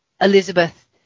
Elizabeth